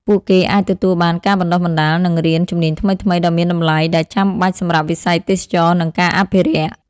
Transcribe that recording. ពួកគេអាចទទួលបាន ការបណ្តុះបណ្តាល និងរៀន ជំនាញថ្មីៗដ៏មានតម្លៃ ដែលចាំបាច់សម្រាប់វិស័យទេសចរណ៍ និងការអភិរក្ស។